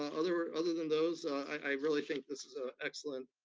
other other than those, i really think this is a excellent